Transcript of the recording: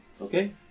Okay